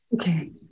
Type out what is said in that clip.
Okay